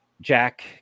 Jack